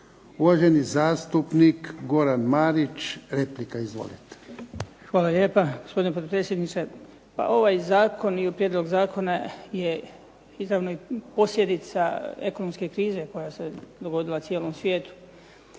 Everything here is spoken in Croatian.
Uvaženi zastupnik Goran Marić, replika. Izvolite. **Marić, Goran (HDZ)** Hvala lijepa gospodine potpredsjedniče. Pa ovaj zakon i prijedlog zakona je izravno posljedica ekonomske krize koja se dogodila cijelom svijetu,